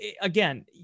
again